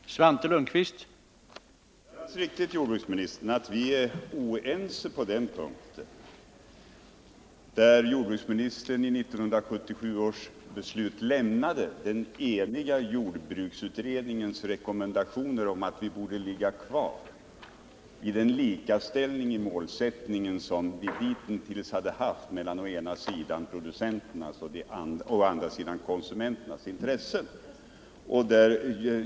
Herr talman! Det är alldeles riktigt, jordbruksministern, att vi är oense när det gäller 1977 års beslut. I det bortsåg jordbruksministern från den eniga jordbruksutredningens rekommendationer, att vi borde ligga kvar i den likaställning i målsättningen som vi hitintills hade haft mellan å ena sidan producenternas och å andra sidan konsumenternas intressen.